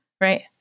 right